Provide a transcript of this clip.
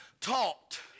taught